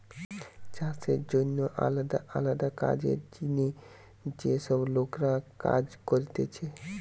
চাষের জন্যে আলদা আলদা কাজের জিনে যে সব লোকরা কাজ করতিছে